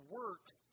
works